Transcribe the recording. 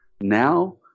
now